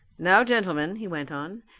now, gentlemen, he went on,